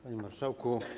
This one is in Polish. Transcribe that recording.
Panie Marszałku!